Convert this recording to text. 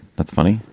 that's funny.